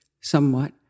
somewhat